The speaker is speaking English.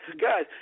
guys